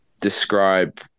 describe